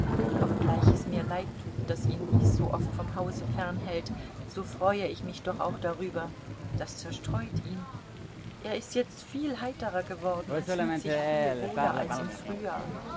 obgleich es mir leid tut daß ihn dies sooft von hause fern hält so freue ich mich doch auch darüber das zerstreut ihn er ist jetzt viel heiterer geworden und fühlt sich viel wohler als im frühjahr